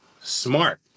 Smart